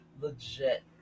legit